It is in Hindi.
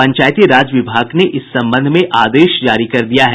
पंचायती राज विभाग ने इस संबंध में आदेश जारी कर दिया है